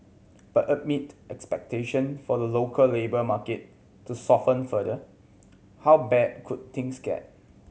but amid expectation for the local labour market to soften further how bad could things get